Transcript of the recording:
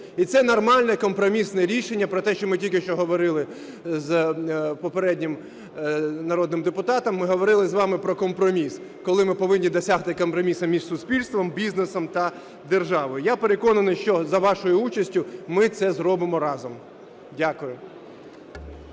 І це нормальне компромісне рішення. Про те, що ми тільки що говорили з попереднім народним депутатом, ми говорили з вами про компроміс. Коли ми повинні досягти компроміс між суспільством, бізнесом та державою. Я переконаний, що за вашою участю ми це зробимо разом. Дякую.